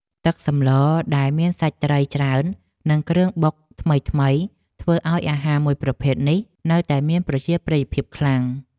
ទឹកសម្លដែលមានសាច់ត្រីច្រើននិងគ្រឿងបុកថ្មីៗធ្វើឱ្យអាហារមួយប្រភេទនេះនៅតែមានប្រជាប្រិយភាពខ្លាំង។